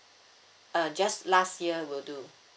uh just last year will do